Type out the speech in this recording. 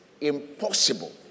impossible